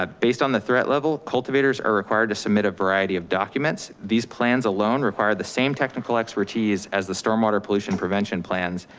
ah based on the threat level, cultivators are required to submit a variety of documents. these plans alone require the same technical expertise as the stormwater pollution prevention plans,